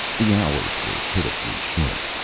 the hours were pitifully short.